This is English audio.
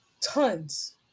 tons